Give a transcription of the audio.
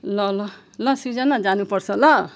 ल ल ल सिर्जना जानुपर्छ ल